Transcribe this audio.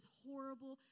horrible